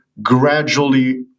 gradually